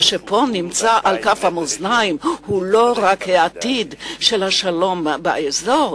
מה שנמצא פה על כף המאזניים הוא לא רק עתיד השלום באזור,